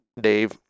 Dave